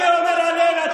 אני אומר הלל.